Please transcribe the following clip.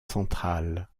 centrale